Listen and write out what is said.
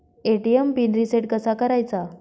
ATM PIN reset कसा करायचा?